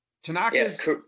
Tanaka's